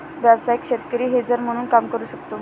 व्यावसायिक शेतकरी हेजर म्हणून काम करू शकतो